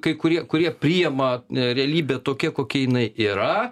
kai kurie kurie priima realybė tokia kokia jinai yra